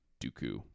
dooku